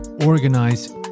organize